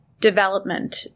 development